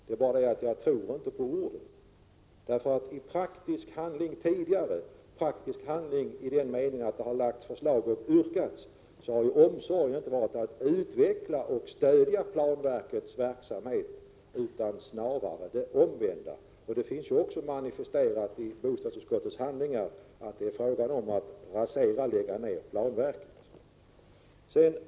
Jag kan dock inte tro honom på hans ord. I praktisk handling har han nämligen tidigare när han lagt fram förslag och ställt yrkanden inte visat omsorg om att utveckla och stödja planverkets verksamhet, utan snarare gått i motsatt riktning. Det är också manifesterat i bostadsutskottets handlingar att det är fråga om att rasera och lägga ned planverket.